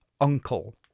uncle